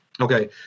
okay